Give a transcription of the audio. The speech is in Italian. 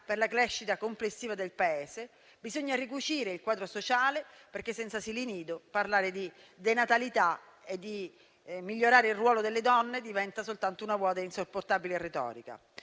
per la crescita complessiva del Paese. Bisogna ricucire il quadro sociale perché, senza asili nido, parlare di denatalità e del miglioramento del ruolo delle donne diventa soltanto vuota e insopportabile retorica.